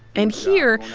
and here,